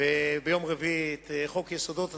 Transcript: וביום רביעי את חוק יסודות התקציב.